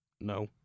No